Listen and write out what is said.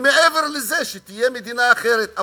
ומעבר לזה, שתהיה מדינה אחרת.